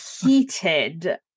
heated